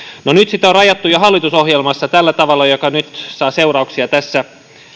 no sitä on rajattu jo hallitusohjelmassa tällä tavalla joka nyt saa seurauksia tässä